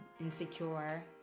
Insecure